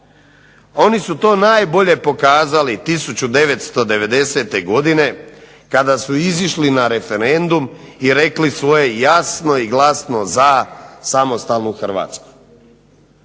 oni su to najbolje pokazali 1990. godine kada su izišli na referendum i rekli svoje jasno i glasno za samostalnu Hrvatsku.